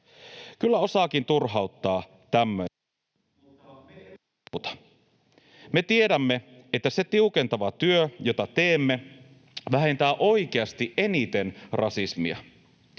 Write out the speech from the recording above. Kyllä osaakin turhauttaa tämmöinen. Mutta me emme luovuta. Me tiedämme, että se tiukentava työ, jota teemme, vähentää oikeasti eniten rasismia.